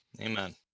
Amen